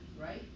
right